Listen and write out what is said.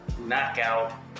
knockout